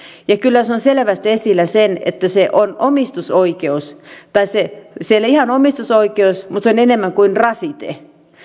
ja kyllä se on selvästi esillä että se on omistusoikeus tai se ei ole ihan omistusoikeus mutta se on enemmän kuin rasite